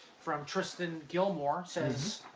from tristan gilmore. says,